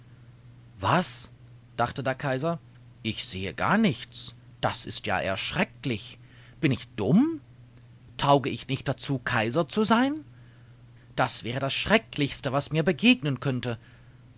was dachte der kaiser ich sehe gar nichts das ist ja erschrecklich bin ich dumm tauge ich nicht dazu kaiser zu sein das wäre das schrecklichste was mir begegnen könnte